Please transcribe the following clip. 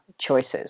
choices